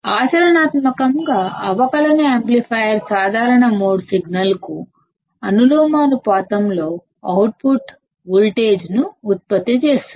ఆచరణాత్మకంగా అవకలన amplifier common mode signal కు ప్రపోర్షనల్ గా అవుట్పుట్ వోల్టేజ్ను ఉత్పత్తి చేస్తుంది